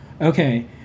Okay